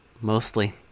mostly